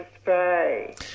spray